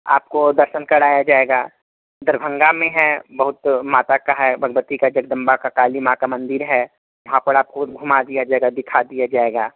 आपको दर्शन कराया जाएगा दरभंगा में है बहुत माता का है भगवती का जगदम्बा का काली माँ का मंदिर है वहाँ पर आपको घूमा दिया जाएगा दिखा दिया जाएगा